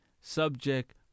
Subject